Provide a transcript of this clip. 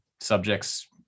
Subjects